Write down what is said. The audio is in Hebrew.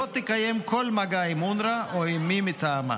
תקיים כל מגע עם אונר"א או עם מי מטעמה.